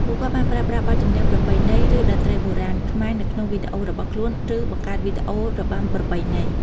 ពួកគាត់បានប្រើប្រាស់បទចម្រៀងប្រពៃណី ឬតន្ត្រីបុរាណខ្មែរនៅក្នុងវីដេអូរបស់ខ្លួន ឬបង្កើតវីដេអូរបាំប្រពៃណី។